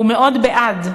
הוא מאוד בעד.